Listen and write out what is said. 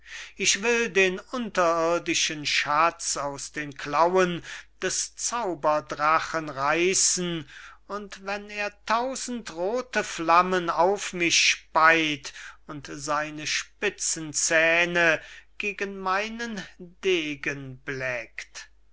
ich will den unterirdischen schatz aus den klauen des zauberdrachen reissen und wenn er tausend rothe flammen auf mich speyt und seine spitzen zähne gegen meinen degen blöckt